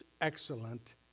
excellent